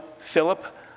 Philip